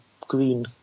green